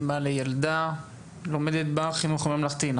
אמא לילדה שלומדת בחינוך הממלכתי.